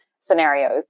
scenarios